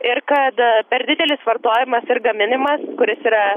ir kada per didelis vartojimas ir gaminimas kuris yra